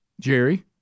Jerry